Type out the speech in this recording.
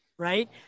right